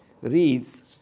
reads